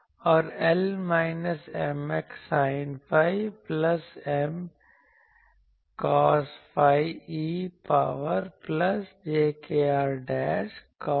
और L minus Mx sine phi plus My cos phi e power plus j kr cos psi ds